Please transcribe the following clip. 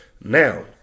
now